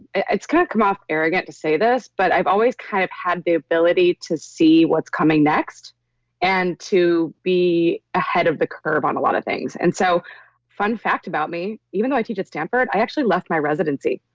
it's kind of come off arrogant to say this, but i've always kind of had the ability to see what's coming next and to be ahead of the curve on a lot of things and so fun fact about me, even though i teach at stanford, i actually left my residency.